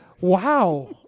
Wow